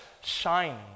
shining